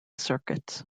circuits